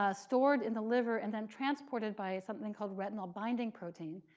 ah stored in the liver, and then transported by something called retinol binding protein.